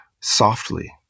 softly